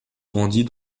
grandit